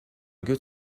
good